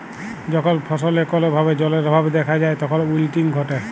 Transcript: যখল ফসলে কল ভাবে জালের অভাব দ্যাখা যায় তখল উইলটিং ঘটে